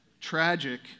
tragic